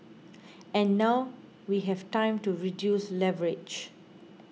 and now we have time to reduce leverage